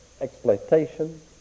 exploitation